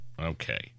Okay